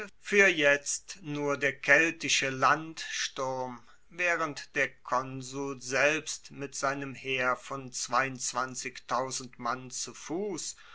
fuer jetzt nur der keltische landsturm waehrend der konsul selbst mit seinem heer von mann zu fuss